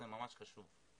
היא ממש חשובה.